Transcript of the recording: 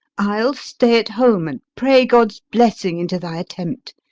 i'll stay at home, and pray god's blessing into thy attempt.